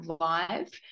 live